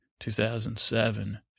2007